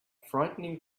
frightening